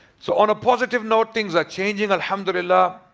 so on a positive note things are changing, alhamdulillah.